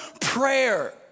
Prayer